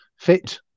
fit